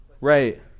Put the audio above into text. right